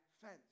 fence